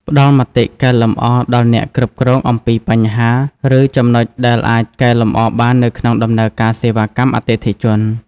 ផ្ដល់មតិកែលម្អដល់អ្នកគ្រប់គ្រងអំពីបញ្ហា ឬចំណុចដែលអាចកែលម្អបាននៅក្នុងដំណើរការសេវាកម្មអតិថិជន។